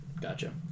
Gotcha